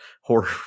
horror